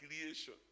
creation